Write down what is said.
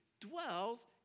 dwells